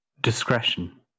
discretion